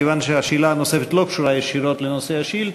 מכיוון שהשאלה הנוספת לא קשורה ישירות לנושא השאילתה,